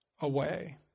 away